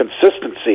consistency